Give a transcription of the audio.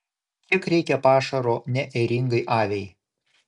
kiek reikia pašaro neėringai aviai